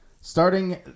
Starting